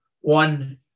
one